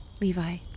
Levi